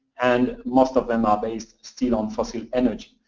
and most of them are based still on fossil energy.